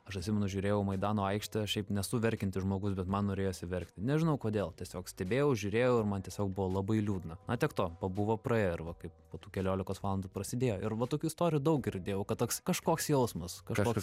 aš atsimenu žiūrėjau maidano aikštę šiaip nesu verkiantis žmogus bet man norėjosi verkti nežinau kodėl tiesiog stebėjau žiūrėjau ir man tiesiog buvo labai liūdna na tiek to pabuvo praėjo ir va kaip po tų keliolikos valandų prasidėjo ir va tokių istorijų daug girdėjau kad toks kažkoks jausmas kažkoks